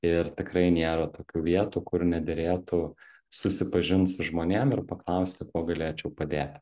ir tikrai nėra tokių vietų kur nederėtų susipažint su žmonėm ir paklausti kuo galėčiau padėti